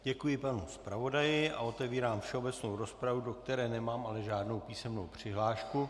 Děkuji panu zpravodaji a otevírám všeobecnou rozpravu, do které ale nemám žádnou písemnou přihlášku.